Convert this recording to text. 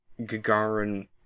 Gagarin